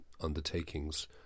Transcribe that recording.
undertakings